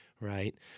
right